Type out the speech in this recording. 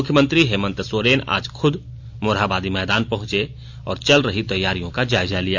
मुख्यमंत्री हेमंत सोरेन आज खुद मोरहाबादी मैदान पहुंचे और चल रही तैयारियों का जायजा लिया